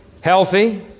healthy